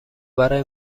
برای